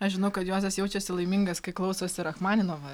aš žinau kad juozas jaučiasi laimingas kai klausosi rachmaninovo